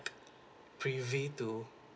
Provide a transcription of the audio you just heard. privy to